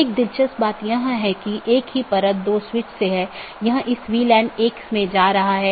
एक और बात यह है कि यह एक टाइपो है मतलब यहाँ यह अधिसूचना होनी चाहिए